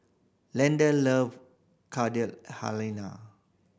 Leda love Carrot Halina